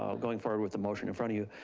um going forward with the motion in front of you.